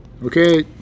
okay